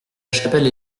lachapelle